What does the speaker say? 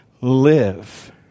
live